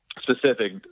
specific